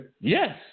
Yes